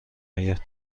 آید